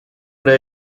era